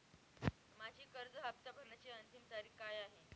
माझी कर्ज हफ्ता भरण्याची अंतिम तारीख काय आहे?